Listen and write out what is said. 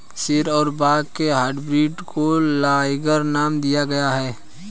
शेर और बाघ के हाइब्रिड को लाइगर नाम दिया गया है